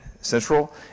central